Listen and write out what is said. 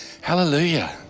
Hallelujah